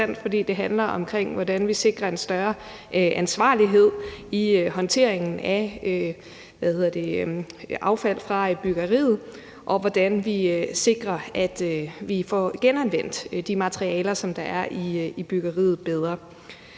det handler om, hvordan vi sikrer en større ansvarlighed i håndteringen af affald fra byggeriet, og hvordan vi sikrer, at vi får genanvendt de materialer, der er i byggeriet, bedre.